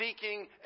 seeking